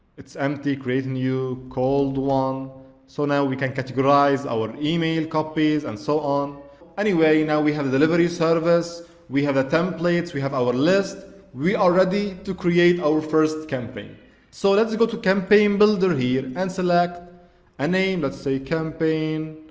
it's empty create new, cold one um so now we can categorize our email copies and so on anyway now we have delivery service we have the templates we have our list we are ready to create our first campaign so let's go to campaign builder here and select a name let's say campaign